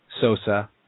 Sosa